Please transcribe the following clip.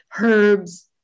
herbs